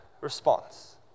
response